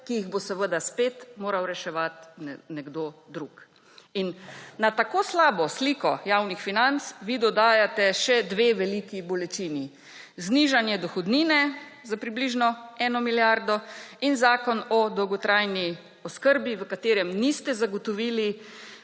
ki jih bo seveda spet moral reševati nekdo drug. Na tako slabo sliko javnih financ vi dodajate še dve veliki bolečini: znižanje dohodnine za približno eno milijardo in Zakon o dolgotrajni oskrbi, v katerem niste zagotovili